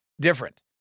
different